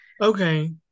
Okay